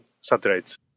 satellites